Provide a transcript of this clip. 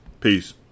Peace